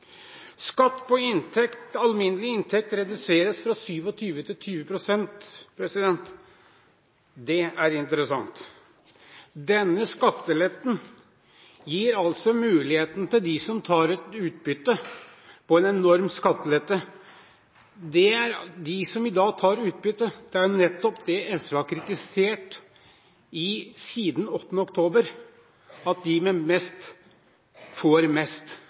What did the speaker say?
Skatt på alminnelig inntekt reduseres fra 27 til 20 pst. – det er interessant. Denne skatteletten gir altså mulighet for en enorm skattelette for dem som tar ut utbytte, og dette er nettopp det SV har kritisert siden 8. oktober: At de med mest, får mest.